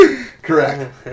Correct